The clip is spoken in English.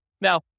Now